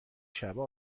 شبه